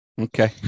Okay